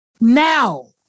Now